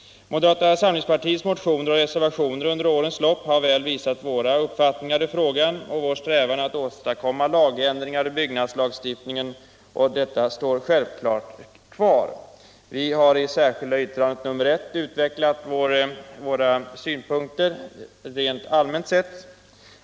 Moderata samlingspartiets motioner och reservationer under årens lopp har väl visat våra uppfattningar i frågan, och vår strävan att åstadkomma lagändringar i byggnadslagstiftningen står självklart kvar. Vi har i det särskilda yttrandet nr 1 utvecklat våra synpunkter rent allmänt sett.